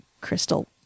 Crystal